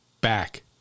back